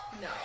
No